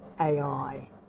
AI